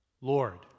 Lord